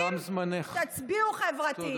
תצביעו חברתי.